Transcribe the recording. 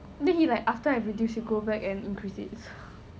then he like after I reduce he go back and increase it